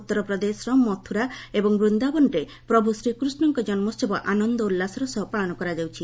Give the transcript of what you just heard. ଉତ୍ତର ପ୍ରଦେଶର ମଥୁରା ଏବଂ ବୃନ୍ଦାବନରେ ପ୍ରଭୁ ଶ୍ରୀକୃଷଙ୍କ ଜନ୍ମୋସବ ଆନନ୍ଦ ଉଲ୍ଲାସର ସହ ପାଳନ କରାଯାଉଛି